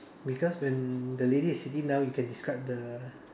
because when the lady is sitting down you can describe the